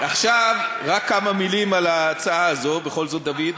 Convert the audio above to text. עכשיו רק כמה מילים על ההצעה הזאת, בכל זאת, דוד.